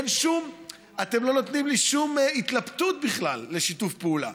כי אתם לא נותנים לי שום התלבטות בכלל לשיתוף פעולה,